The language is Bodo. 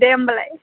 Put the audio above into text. दे होमब्लालाय